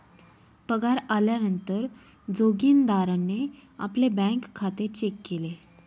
पगार आल्या नंतर जोगीन्दारणे आपले बँक खाते चेक केले